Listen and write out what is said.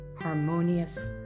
harmonious